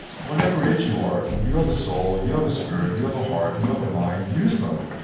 whatever age you are, you have a soul, you have a spirit, you have a heart, you have a mind use them.